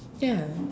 ya